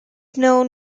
known